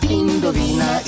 indovina